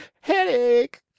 headache